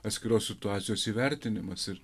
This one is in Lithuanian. atskiros situacijos įvertinimas ir